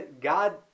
God